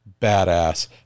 badass